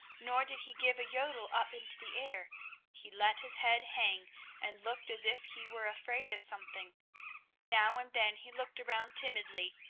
nor did he give a yodel up into the air he let his head hang and looked as if he were afraid of something now and then he looked around timidly,